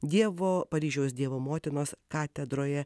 dievo paryžiaus dievo motinos katedroje